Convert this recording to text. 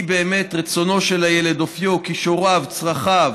הם באמת רצונו של הילד, אופיו, כישוריו, צרכיו.